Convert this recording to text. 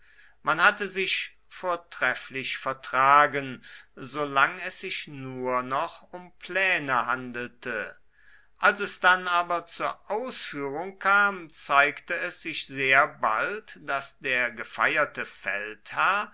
man hatte sich vortrefflich vertragen solange es sich nur noch um pläne handelte als es dann aber zur ausführung kam zeigte es sich sehr bald daß der gefeierte feldherr